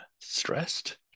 stressed